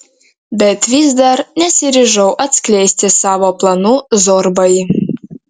bet vis dar nesiryžau atskleisti savo planų zorbai